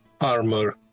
armor